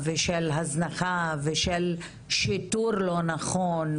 השאלה מה נעשה כדי להגן על הנשים האלה ואני חייבת